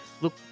Look